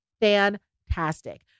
fantastic